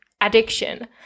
addiction